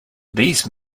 these